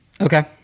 okay